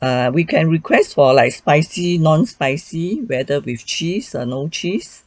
err we can request for like spicy non spicy whether with cheese or no cheese